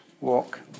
walk